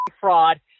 fraud